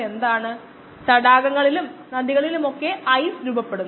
എന്താണ് അറിയുന്നത് അല്ലെങ്കിൽ നൽകുന്നത്